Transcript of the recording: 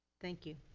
thank you.